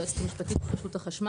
היועצת המשפטית של רשות החשמל.